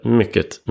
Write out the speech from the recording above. mycket